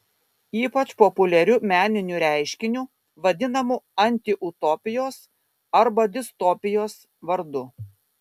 ypač populiariu meniniu reiškiniu vadinamu antiutopijos arba distopijos vardu